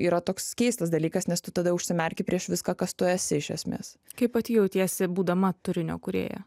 yra toks keistas dalykas nes tu tada užsimerki prieš viską kas tu esi iš esmės kaip pati jautiesi būdama turinio kūrėja